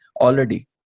already